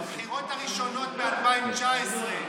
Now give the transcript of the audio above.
בבחירות הראשונות ב-2019,